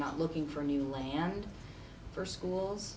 not looking for new land for schools